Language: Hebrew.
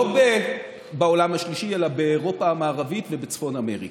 בעולם השלישי אלא באירופה המערבית ובצפון אמריקה,